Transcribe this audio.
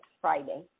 Friday